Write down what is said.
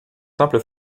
simple